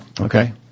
Okay